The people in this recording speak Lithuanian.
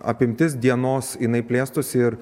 apimtis dienos jinai plėstųsi ir